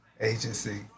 Agency